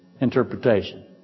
interpretation